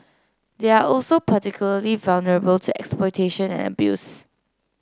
they are also particularly vulnerable to exploitation and abuse